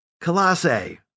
Colossae